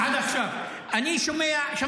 עד עכשיו אני מסכים איתך.